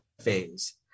phase